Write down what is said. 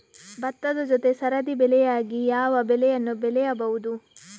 ಭತ್ತದ ಜೊತೆ ಸರದಿ ಬೆಳೆಯಾಗಿ ಯಾವ ಬೆಳೆಯನ್ನು ಬೆಳೆಯಬಹುದು?